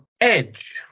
Edge